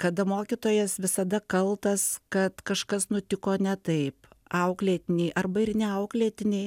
kada mokytojas visada kaltas kad kažkas nutiko ne taip auklėtiniai arba ir neauklėtiniai